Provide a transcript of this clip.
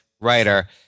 writer